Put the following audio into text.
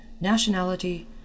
Nationality